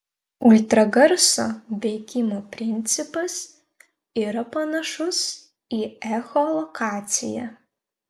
ultragarso veikimo principas yra panašus į echolokaciją